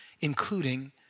including